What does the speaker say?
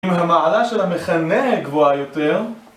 אם המעלה של המכנה גבוהה יותר